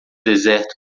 deserto